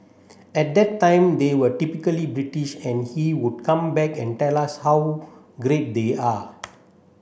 at that time they were typically British and he would come back and tell us how great they are